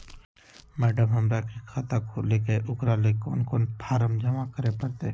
Madam, हमरा के खाता खोले के है उकरा ले कौन कौन फारम जमा करे परते?